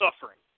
suffering